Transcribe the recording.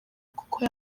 kuko